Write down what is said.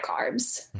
carbs